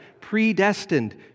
predestined